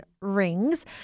rings